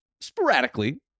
sporadically